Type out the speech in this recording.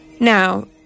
Now